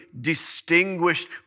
distinguished